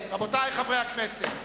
רבותי חברי הכנסת,